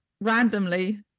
randomly